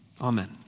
Amen